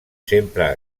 sempre